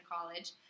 college